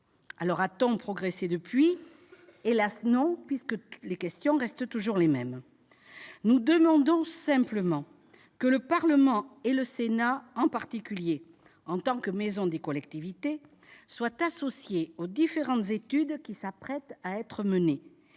A-t-on progressé depuis ? Non, hélas ! Les questions restent toujours les mêmes. Nous demandons simplement que le Parlement, et le Sénat en particulier, en tant que maison des collectivités, soit associé aux différentes études qui s'apprêtent à être menées,